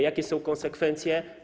Jakie są konsekwencje?